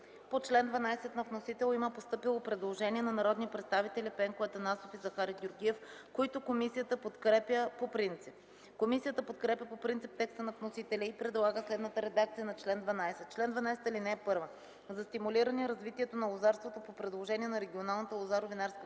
По чл. 12 на вносител има постъпило предложение на народните представители Пенко Атанасов и Захари Георгиев, което комисията подкрепя по принцип. Комисията подкрепя по принцип текста на вносителя и предлага следната редакция на чл. 12: „Чл. 12. (1) За стимулиране развитието на лозарството по предложение на регионалната лозаро-винарска камара